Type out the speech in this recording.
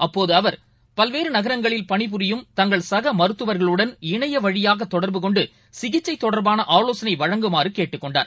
அப்போதுஅவர் பல்வேறுநகரங்களில் பணிபுரியும் தங்கள் சகமருத்துவர்களுடன் இணையவழியாகதொடர்பு கொண்டுசிகிச்சைதொடர்பான ஆலோசனைவழங்குமாறுகேட்டுக்கொண்டார்